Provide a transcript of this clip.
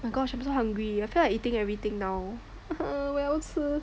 my gosh I'm so hungry I feel like eating everything now 我要吃